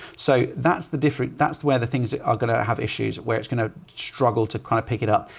so that's the different that's the, where the things that are going to have issues at where it's going to struggle to kind of pick it up.